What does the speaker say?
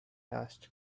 asked